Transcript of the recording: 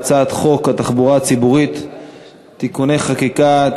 הצעת חוק תחבורה ציבורית (תיקוני חקיקה),